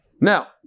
Now